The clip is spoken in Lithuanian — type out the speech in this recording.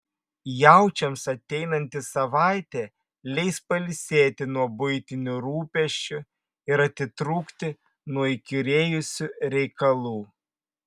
jaučiams ateinanti savaitė leis pailsėti nuo buitinių rūpesčių ir atitrūkti nuo įkyrėjusių reikalų